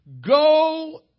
Go